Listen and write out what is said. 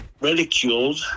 Ridiculed